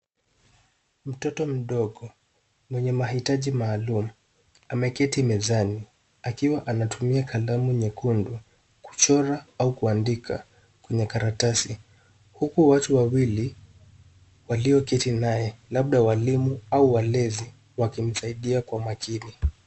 Mtoto mdogo mwenye mahitaji maalum ameketi mezani akiwa anatumia kalamu nyekundu kuchora au kuandika kwenye karatasi huku watu wawili walioketi naye, labda walimu au walezi wakimsaidia kwa makini.